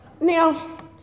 Now